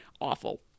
awful